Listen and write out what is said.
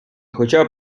хоча